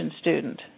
student